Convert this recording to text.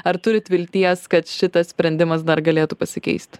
ar turit vilties kad šitas sprendimas dar galėtų pasikeisti